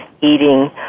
eating